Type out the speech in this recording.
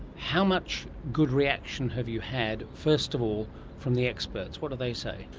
how much good reaction have you had first of all from the experts? what do they say?